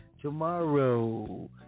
Tomorrow